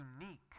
unique